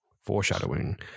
Foreshadowing